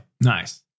Nice